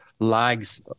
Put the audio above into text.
lags